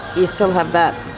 you still have that,